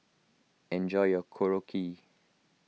enjoy your Korokke